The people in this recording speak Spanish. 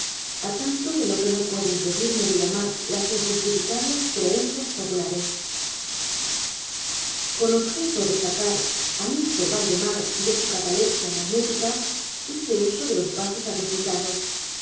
á tanto de lo que no puedo impedirme d e llamar las injustificables creencias populares con objeto de sacar á mr valdemar de sucatalepsia magnética hice uso de los pases acostumbrados